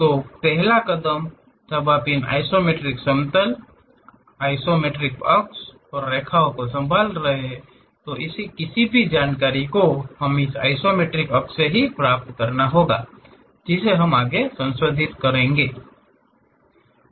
तो पहला कदम जब आप इन आइसोमेट्रिक समतल आइसोमेट्रिक अक्ष और रेखाओं को संभाल रहे हैं किसी भी जानकारी को हमें इस आइसोमेट्रिक अक्ष से ही प्राप्त करना है जिसे आगे संशोधित करना होगा